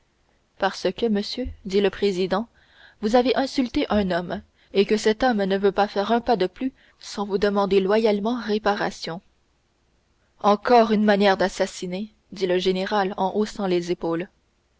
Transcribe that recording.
parce que monsieur dit le président vous avez insulté un homme et que cet homme ne veut pas faire un pas de plus sans vous demander loyalement séparation encore une manière d'assassiner dit le général en haussant les épaules